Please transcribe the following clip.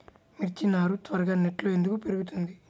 మిర్చి నారు త్వరగా నెట్లో ఎందుకు పెరుగుతుంది?